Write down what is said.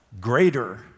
greater